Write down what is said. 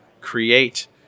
create